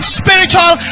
spiritual